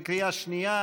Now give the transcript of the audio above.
בקריאה שנייה.